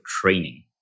training